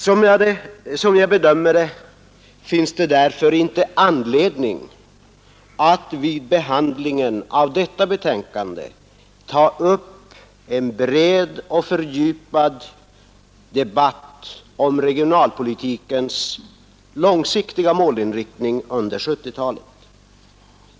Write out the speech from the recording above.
Som jag bedömer det, finns det därför inte anledning att vid behandlingen av detta betänkande ta upp en bred och fördjupad debatt om regionalpolitikens långsiktiga målinriktning under 1970-talet.